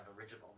original